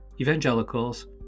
evangelicals